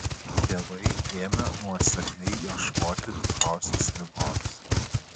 tėvai ėmė nuosekliai ieškoti tikrosios ligos